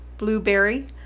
Blueberry